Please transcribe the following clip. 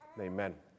amen